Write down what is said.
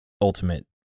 ultimate